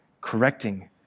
correcting